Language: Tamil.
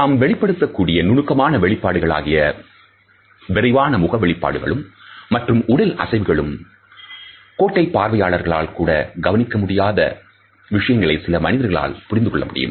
நாம் வெளிப்படுத்தக்கூடிய நுணுக்கமானவெளிப்பாடுகளாகிய விரைவான முக வெளிப்பாடுகளும் மற்றும் உடல் அசைவுகளும் கோட்டை பார்வையாளர்களால் கூட கவனிக்க முடியாத விஷயங்களை சில மனிதர்களால் புரிந்து கொள்ள முடிகிறது